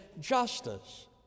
justice